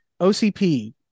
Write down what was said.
ocp